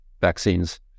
vaccines